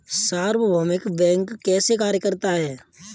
सार्वभौमिक बैंक कैसे कार्य करता है?